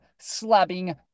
slabbing